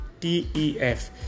tef